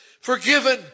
forgiven